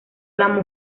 las